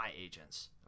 agents